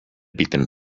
beaten